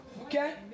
Okay